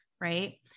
right